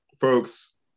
Folks